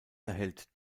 erhält